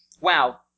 wow